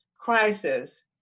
crisis